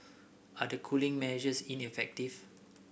are the cooling measures ineffective